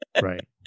Right